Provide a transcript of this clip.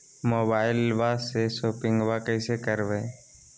मोबाइलबा से शोपिंग्बा कैसे करबै?